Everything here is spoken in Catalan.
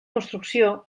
construcció